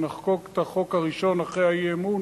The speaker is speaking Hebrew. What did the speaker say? כשנחוקק את החוק הראשון אחרי האי-אמון